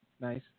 nice